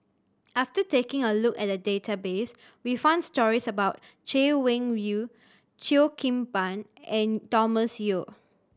after taking a look at the database we found stories about Chay Weng Yew Cheo Kim Ban and Thomas Yeo